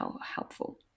helpful